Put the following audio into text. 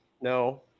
no